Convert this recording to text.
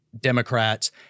Democrats